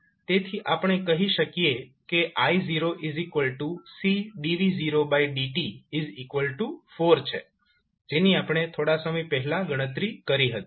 તેથી આપણે કહી શકીએ કે i0Cdv0dt4 જેની આપણે થોડા સમય પહેલા ગણતરી કરી હતી